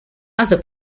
other